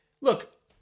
look